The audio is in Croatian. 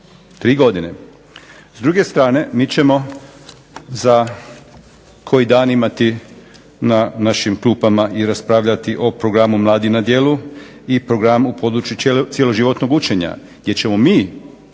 S druge strane mi ćemo za koji dan imati na našim klupama i raspravljati o Programu mladi na djelu i programu ... cjeloživotnog učenja gdje ćemo mi